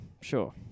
Sure